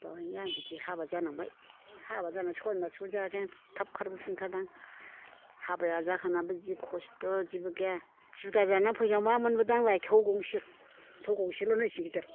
बेवहायनो आं बिदि हाबा जानांबाय हाबा जानानै सय मासखौनो जानो हायाखै आं थाब खारबोफिनखादों आं हाबाया जाखांनानैबो जि खस्थ' जेबो गैया जुदा जाना फैनायाव मा मोनबोदों आंलाय थौ गंसेल' नैसे गिदिर